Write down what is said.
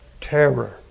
terror